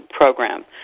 program